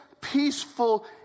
peaceful